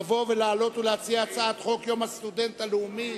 לבוא ולעלות לדוכן ולהציע הצעת חוק יום הסטודנט הלאומי,